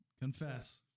confess